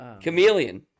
Chameleon